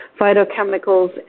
phytochemicals